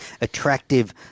attractive